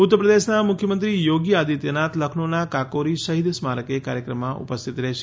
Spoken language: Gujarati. ઉત્તર પ્રદેશના મુખ્યમંત્રી યોગી આદિત્યનાથ લઘનૌના કાકૌરી શહીદ સ્મારકે કાર્યક્રમમાં ઉપસ્થિત રહેશે